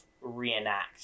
reenact